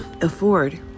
afford